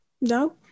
no